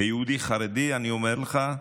כיהודי חרדי אני אומר לך,